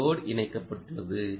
ஒரு லோட் இணைக்கப்பட்டுள்ளது